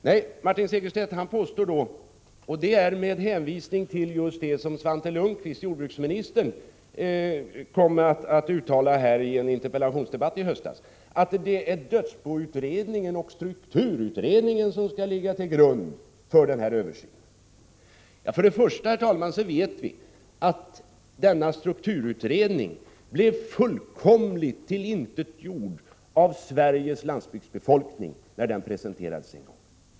Nej, Martin Segerstedt påstår — med hänvisning till det som jordbruksminister Svante Lundkvist kom att uttala i en interpellationsdebatt i höstas — att det är dödsboutredningen och strukturutredningen som skall ligga till grund för översynen. Först och främst vet vi att strukturutredningen blev fullständigt tillintetgjord av den svenska landsbygdsbefolkningen när den presenterades en gång.